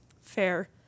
Fair